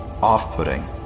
off-putting